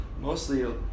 mostly